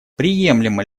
приемлемо